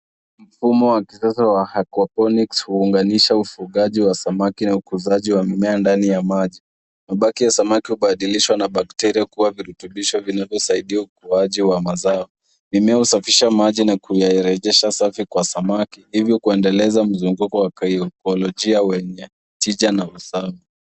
Mfumo wa kisasa wa aquaponics waunganisha ufugaji wa samaki, na ukuzaji wa mimea ndani ya maji. Mabaki ya samaki hubadilishwa na bacteria kuwa virutubisho vinavyosaidia ukuaji wa mazao. Mimea husafisha maji, na kuyarejesha safi kwa samaki, hivyo kuendeleza mzunguko wa kiekolojia wenye tija na usawa.